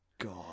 god